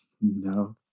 No